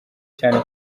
cyane